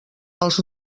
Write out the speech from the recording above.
els